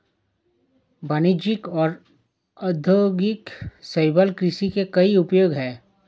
वाणिज्यिक और औद्योगिक शैवाल कृषि के कई उपयोग हैं